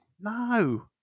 No